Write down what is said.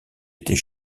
était